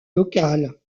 local